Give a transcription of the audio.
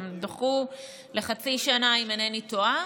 הם דחו בחצי שנה, אם אינני טועה.